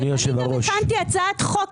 גם הכנסתי הצעת חוק,